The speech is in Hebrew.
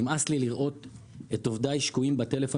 נמאס לי לראות את עובדיי שקועים בטלפון